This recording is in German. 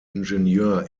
ingenieur